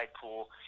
pool